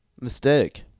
mistake